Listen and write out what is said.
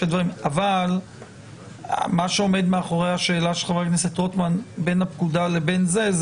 אבל מה שעומד מאחורי השאלה של חבר הכנסת רוטמן בין הפקודה לבין החוק,